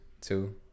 two